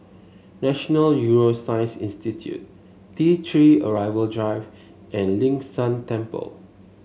National Neuroscience Institute T Three Arrival Drive and Ling San Temple